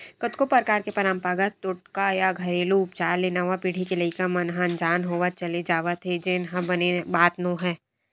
कतको परकार के पंरपरागत टोटका या घेरलू उपचार ले नवा पीढ़ी के लइका मन ह अनजान होवत चले जावत हे जेन ह बने बात नोहय